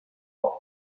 off